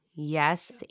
yes